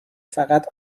فقط